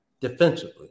defensively